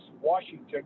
Washington